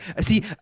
see